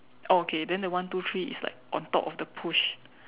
oh okay then the one two three is like on top of the push